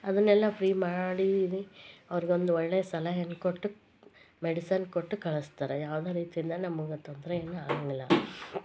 ಅದನ್ನೆಲ್ಲ ಫ್ರೀ ಮಾಡಿದೀನಿ ಅವ್ರಿಗೆ ಒಂದು ಒಳ್ಳೆ ಸಲಹೆ ಕೊಟ್ಟು ಮೆಡಿಸನ್ ಕೊಟ್ಟು ಕಳಿಸ್ತಾರೆ ಯಾವುದೇ ರೀತಿಯಿಂದ ನಮ್ಗೆ ತೊಂದರೆ ಏನು ಆಗೋಂಗಿಲ್ಲಾ